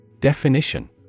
Definition